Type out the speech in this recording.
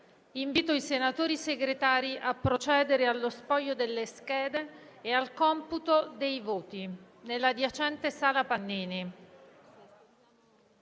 Invito i senatori Segretari a procedere allo spoglio delle schede e al computo dei voti nell'adiacente Sala Pannini.